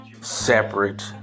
separate